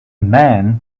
man